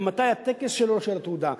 ומתי הטקס שלו לתעודה,